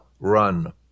Run